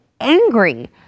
angry